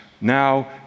now